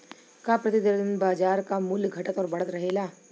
का प्रति दिन बाजार क मूल्य घटत और बढ़त रहेला?